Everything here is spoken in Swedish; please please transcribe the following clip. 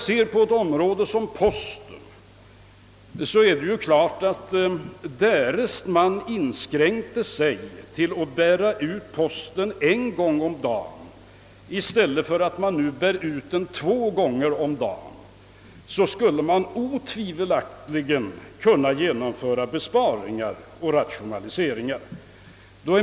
Ser vi sedan på posten, är det klart att om vi inskränker postutbärningen till en gång om dagen i stället för som nu två gånger, så kan man genomföra besparingar och rationaliseringar.